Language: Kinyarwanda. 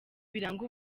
biranga